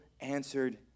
answered